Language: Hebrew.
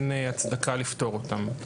אין הצדקה לפטור אותם.